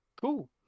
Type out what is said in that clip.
cool